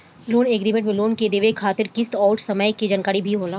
loan agreement में loan के देवे खातिर किस्त अउर समय के जानकारी भी होला